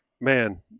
man